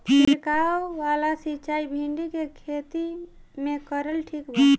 छीरकाव वाला सिचाई भिंडी के खेती मे करल ठीक बा?